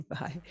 Bye